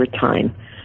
time